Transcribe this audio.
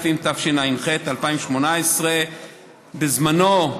התשע"ח 2018. בזמנו,